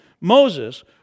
Moses